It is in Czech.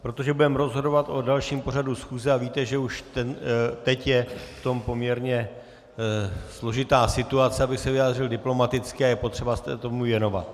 Protože budeme rozhodovat o dalším pořadu schůze a víte, že už teď je v tom poměrně složitá situace, abych se vyjádřil diplomaticky, a je potřeba se tomu věnovat.